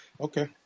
Okay